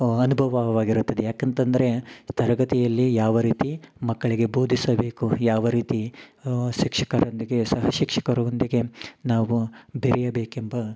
ಅನುಭವವಾಗಿರುತ್ತದೆ ಯಾಕಂತಂದರೆ ತರಗತಿಯಲ್ಲಿ ಯಾವ ರೀತಿ ಮಕ್ಕಳಿಗೆ ಬೋಧಿಸಬೇಕು ಯಾವ ರೀತಿ ಶಿಕ್ಷಕರೊಂದಿಗೆ ಸಹ ಶಿಕ್ಷಕರೊಂದಿಗೆ ನಾವು ಬೆರೆಯಬೇಕೆಂಬ